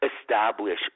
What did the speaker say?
establish